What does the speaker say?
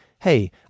hey